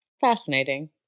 Fascinating